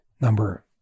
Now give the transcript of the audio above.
number